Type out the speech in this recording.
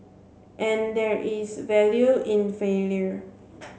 and there is value in failure